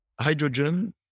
hydrogen